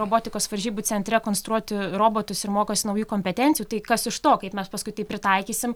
robotikos varžybų centre konstruoti robotus ir mokosi naujų kompetencijų tai kas iš to kaip mes paskui tai pritaikysim